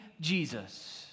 Jesus